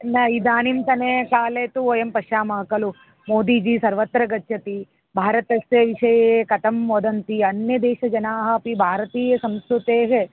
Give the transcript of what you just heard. न इदानीन्तने काले तु वयं पश्यामः खलु मोदीजी सर्वत्र गच्छति भारतस्य विषये कथं वदति अन्यदेशजनाः अपि भारतीयसंस्कृतेः